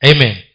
Amen